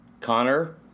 Connor